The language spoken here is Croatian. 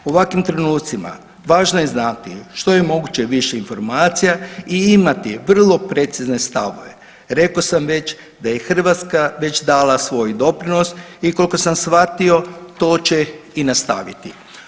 U ovakvim trenucima važno je znati što je moguće više informacija i imati vrlo precizne stavove, rekao sam već da je Hrvatska već dala svoj doprinos i kolko sam shvatio to će i nastaviti.